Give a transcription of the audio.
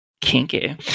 Kinky